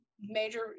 major